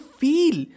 feel